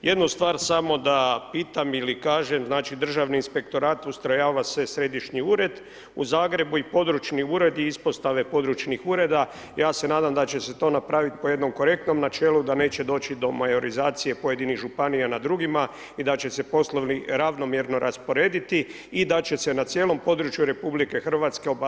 Jednu stvar samo da pitam ili kažem znači Državni inspektora ustrojava se središnji ured u Zagrebu i područni uredi ispostave područnih ureda, ja se nadam da će se to napravit po jednom korektnom načelu da neće doći do majorizacije pojedinih županija nad drugima i da će se poslovi ravnomjerno rasporediti i da će se na cijelom području RH obavljati na jedinstven način.